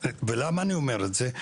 ולמה אני אומר את זה,